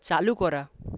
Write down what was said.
চালু করা